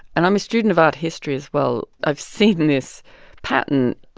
and i'm a student of art history as well. i've seen this pattern.